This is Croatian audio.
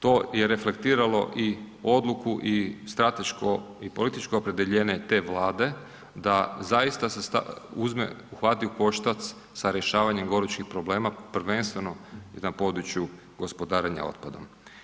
To je reflektiralo i odluku i strateško i političko opredjeljenje te vlade da se zaista uhvati u koštac sa rješavanjem gorućih problema, prvenstveno na području gospodarenja otpadom.